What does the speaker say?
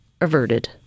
averted